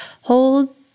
Hold